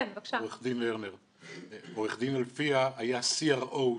עו"ד אלפיה, היה סי.אר.או.